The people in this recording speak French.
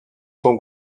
son